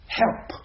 help